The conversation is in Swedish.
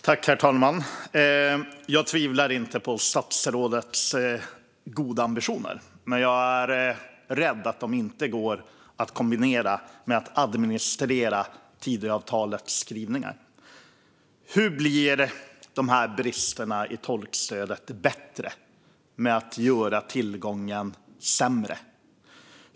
Herr talman! Jag tvivlar inte på statsrådets goda ambitioner. Men jag är rädd att de inte går att kombinera med att administrera Tidöavtalets skrivningar. Hur blir bristerna i tolkstödet bättre genom att man gör tillgången sämre?